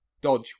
dodge